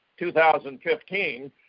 2015